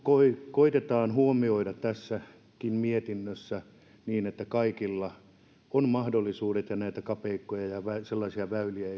koetetaan huomioida tässäkin mietinnössä niin että kaikilla on mahdollisuudet ja ei tule näitä kapeikkoja ja sellaisia väyliä